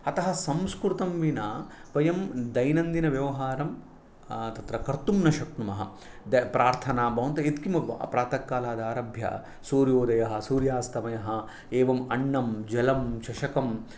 अतः संस्कृतं विना वयं दैनन्दिनव्यवहारं तत्र कर्तुं न शक्नुमः प्रार्थना भवन्त यत् किमपि प्रातःकालात् आरभ्य सूर्योदयः सूर्यास्तमयः एवम् अण्णं जलं चषकं